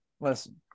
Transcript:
listen